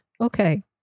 Okay